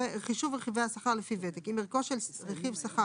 חישוב רכיבי השכר לפי וותק 4. אם ערכו של רכיב שכר